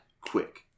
quick